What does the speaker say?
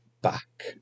back